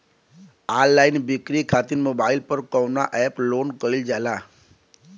Online बिक्री खातिर mobile पर कवना एप्स लोन कईल जाला?